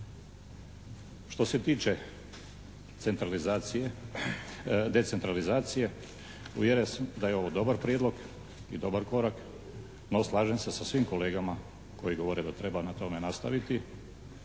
centralizacije, decentralizacije uvjeren sam da je ovo dobar prijedlog i dobar korak, no slažem se sa svim kolegama koji govore da treba na tome nastaviti